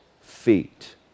feet